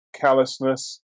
callousness